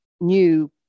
new